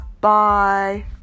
bye